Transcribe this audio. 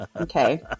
Okay